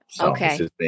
Okay